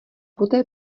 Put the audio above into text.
poté